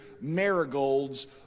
marigolds